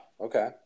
Okay